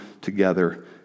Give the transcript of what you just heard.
together